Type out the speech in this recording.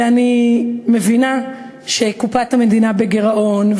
ואני מבינה שקופת המדינה בגירעון,